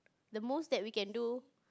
the most that we can do